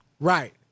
Right